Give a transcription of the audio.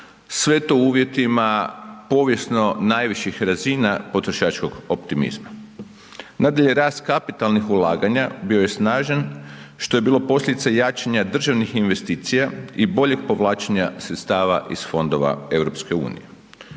sve to u uvjetima povijesno najviših razina potrošačkog optimizma. Nadalje, rast kapitalnih ulaganja bio je snažan što je bilo posljedica jačanja državnih investicija i boljeg povlačenja sredstava iz Fondova EU.